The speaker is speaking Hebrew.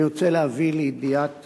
אני רוצה להביא לידיעת